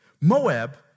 Moab